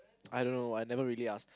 I don't know I never really asked